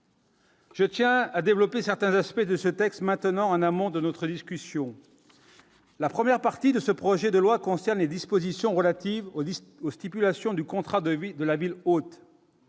Je tiens à développer certains aspects de ce texte maintenant en amont de notre discussion, la première partie de ce projet de loi concerne les dispositions relatives aux 10 aux stipulations du contrat de vie de la ville haute.